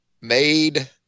made